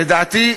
לדעתי,